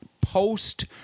post